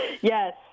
Yes